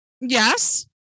yes